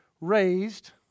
raised